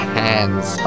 hands